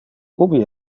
ubi